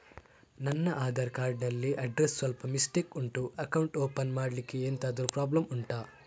ನನ್ನ ಆಧಾರ್ ಕಾರ್ಡ್ ಅಲ್ಲಿ ಅಡ್ರೆಸ್ ಸ್ವಲ್ಪ ಮಿಸ್ಟೇಕ್ ಉಂಟು ಅಕೌಂಟ್ ಓಪನ್ ಮಾಡ್ಲಿಕ್ಕೆ ಎಂತಾದ್ರು ಪ್ರಾಬ್ಲಮ್ ಉಂಟಾ